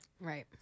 Right